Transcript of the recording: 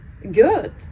Good